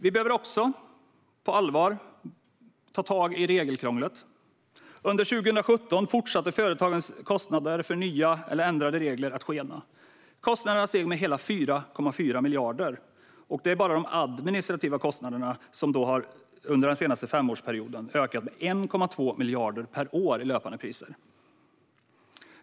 Vi behöver också på allvar ta tag i regelkrånglet. Under 2017 fortsatte företagens kostnader för nya eller ändrade regler att skena. Kostnaderna steg med hela 4,4 miljarder kronor, och bara de administrativa kostnaderna har under den senaste femårsperioden ökat med 1,2 miljarder per år i löpande priser.